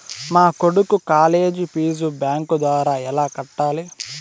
మా కొడుకు college fees bank ద్వారా ఎలా కట్టాలి?